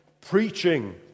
preaching